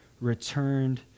returned